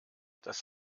das